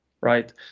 right